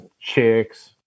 chicks